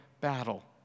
battle